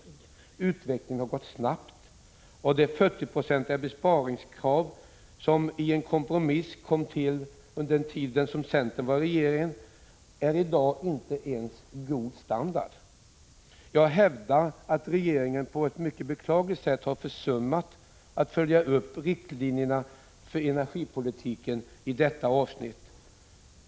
Utvecklingen har gått snabbt, och det 40-procentiga besparingskrav som i en kompromiss kom till under den tid då centern var med i regeringen är i dag inte ens god standard. Jag hävdar att regeringen på ett mycket beklagligt sätt har försummat att följa upp riktlinjerna för energipolitiken i detta avsnitt.